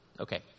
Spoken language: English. Okay